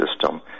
system